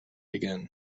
again